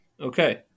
Okay